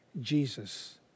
Jesus